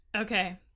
Okay